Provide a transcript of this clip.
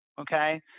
Okay